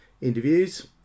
interviews